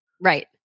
Right